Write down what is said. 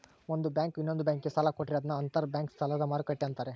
ಒಂದು ಬ್ಯಾಂಕು ಇನ್ನೊಂದ್ ಬ್ಯಾಂಕಿಗೆ ಸಾಲ ಕೊಟ್ರೆ ಅದನ್ನ ಅಂತರ್ ಬ್ಯಾಂಕ್ ಸಾಲದ ಮರುಕ್ಕಟ್ಟೆ ಅಂತಾರೆ